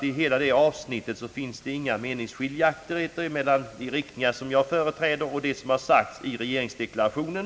I hela detta avsnitt finns det inte några meningsskiljaktigheter mellan den riktning som jag företräder och den som står bakom regeringsdeklarationen.